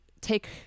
take